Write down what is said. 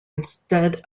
instead